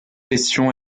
pression